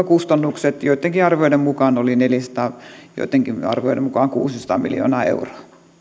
kustannukset joittenkin arvioiden mukaan olivat neljäsataa miljoonaa euroa joittenkin arvioiden mukaan kuusisataa miljoonaa euroa